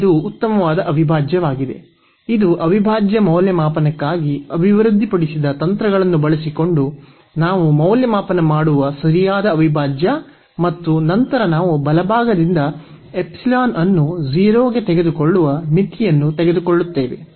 ಈಗ ಇದು ಉತ್ತಮವಾದ ಅವಿಭಾಜ್ಯವಾಗಿದೆ ಇದು ಅವಿಭಾಜ್ಯ ಮೌಲ್ಯಮಾಪನಕ್ಕಾಗಿ ಅಭಿವೃದ್ಧಿಪಡಿಸಿದ ತಂತ್ರಗಳನ್ನು ಬಳಸಿಕೊಂಡು ನಾವು ಮೌಲ್ಯಮಾಪನ ಮಾಡುವ ಸರಿಯಾದ ಅವಿಭಾಜ್ಯ ಮತ್ತು ನಂತರ ನಾವು ಬಲಭಾಗದಿಂದ ಎಪ್ಸಿಲಾನ್ ಅನ್ನು 0 ಗೆ ತೆಗೆದುಕೊಳ್ಳುವ ಮಿತಿಯನ್ನು ತೆಗೆದುಕೊಳ್ಳುತ್ತೇವೆ